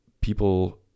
people